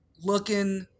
looking